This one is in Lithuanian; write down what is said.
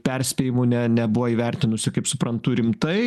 perspėjimų ne nebuvo įvertinusi kaip suprantu rimtai